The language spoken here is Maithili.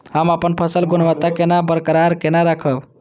हम अपन फसल गुणवत्ता केना बरकरार केना राखब?